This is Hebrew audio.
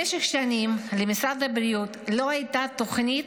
במשך שנים למשרד הבריאות לא הייתה תוכנית